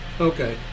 Okay